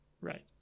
Right